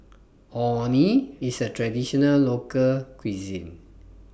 Orh Nee IS A Traditional Local Cuisine